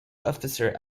officer